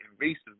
invasive